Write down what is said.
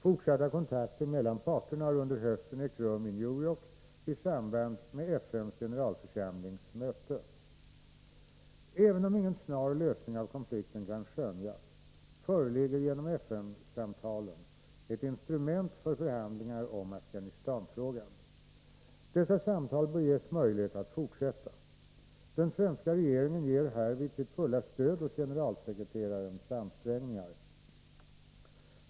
Fortsatta kontakter mellan parterna har under hösten ägt rum i New York i samband med FN:s generalförsamlings möte. Även om ingen snar lösning av konflikten kan skönjas, föreligger genom FN-samtalen ett instrument för förhandlingar om Afghanistanfrågan. Dessa samtal bör ges möjlighet att fortsätta. Den svenska regeringen ger härvid sitt fulla stöd åt generalsekreterarens ansträngningar.